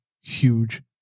huge